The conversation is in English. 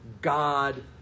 God